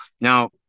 Now